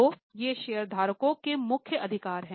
तो ये शेयरधारकों के मुख्य अधिकार हैं